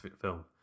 film